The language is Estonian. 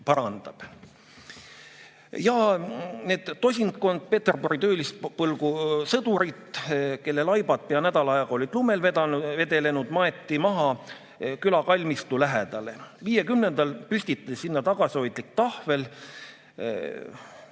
parandab mind. Need tosinkond Peterburi töölispolgu sõdurit, kelle laibad pea nädal aega olid lumel vedelenud, maeti maha külakalmistu lähedale. 1950‑ndatel püstitati sinna tagasihoidlik tahvel,